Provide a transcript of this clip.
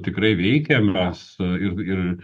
tikrai veikė mes ir ir